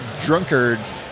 drunkards